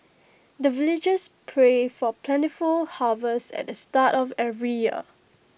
the villagers pray for plentiful harvest at the start of every year